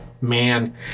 Man